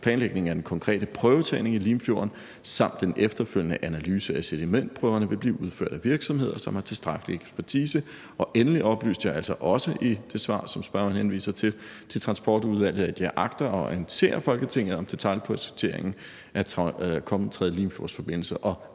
planlægningen af den konkrete prøvetagning i Limfjorden samt den efterfølgende analyse af sedimentprøverne vil blive udført af virksomheder, som har tilstrækkelig ekspertise, og endelig oplyste jeg altså også i det svar, som spørgeren henviser til, til Transportudvalget, at jeg agter at orientere Folketinget om detailprojekteringen af kommende »3. Limfjordsforbindelse« ,